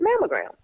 mammogram